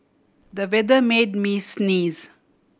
the weather made me sneeze